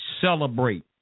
celebrate